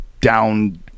down